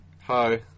Hi